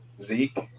Zeke